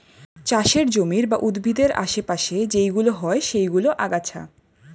চাষের জমির বা উদ্ভিদের আশে পাশে যেইগুলো হয় সেইগুলো আগাছা